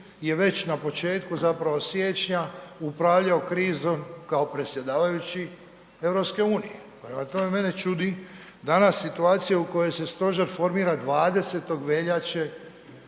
EU je već na početku siječnja upravljao krizom kao predsjedavajući EU. Prema tome, mene čudi danas situacija u kojoj se stožer formira 20.veljače